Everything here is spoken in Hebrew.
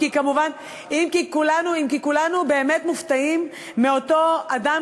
אם כי כולנו באמת מופתעים מאותו אדם